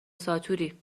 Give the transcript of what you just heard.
ساتوری